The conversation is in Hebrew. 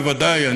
בוודאי.